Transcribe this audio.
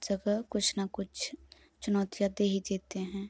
जगह कुछ न कुछ चुनौतियाँ दे ही देते हैं